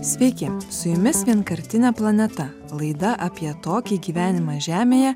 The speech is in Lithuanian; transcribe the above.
sveiki su jumis vienkartinė planeta laida apie tokį gyvenimą žemėje